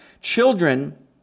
children